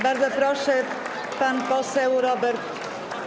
Bardzo proszę, pan poseł Robert.